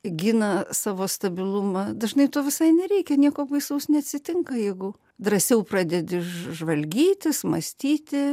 gina savo stabilumą dažnai to visai nereikia nieko baisaus neatsitinka jeigu drąsiau pradedi žvalgytis mąstyti